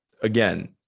again